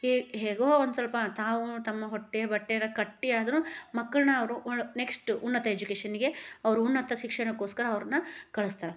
ಹೇ ಹೇಗೋ ಒಂದು ಸ್ವಲ್ಪ ತಾವು ತಮ್ಮ ಹೊಟ್ಟೆ ಬಟ್ಟೆನ ಕಟ್ಟಿಯಾದರೂ ಮಕ್ಳನ್ನು ಅವರು ನೆಕ್ಟ್ಸ್ ಉನ್ನತ ಎಜುಕೇಶನ್ನಿಗೆ ಅವರು ಉನ್ನತ ಶಿಕ್ಷಣಕೊಸ್ಕರ ಅವ್ರನ್ನು ಕಳಿಸ್ತಾರೆ